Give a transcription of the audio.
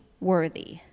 worthy